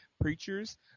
Preachers